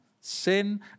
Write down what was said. sin